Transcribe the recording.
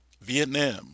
Vietnam